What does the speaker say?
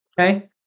Okay